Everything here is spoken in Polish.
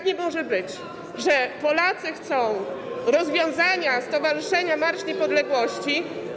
Nie może być tak, że Polacy chcą rozwiązania Stowarzyszenia „Marsz Niepodległości”